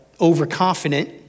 overconfident